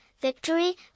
victory